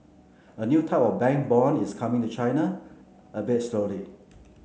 a new type of bank bond is coming to China albeit slowly